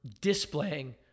displaying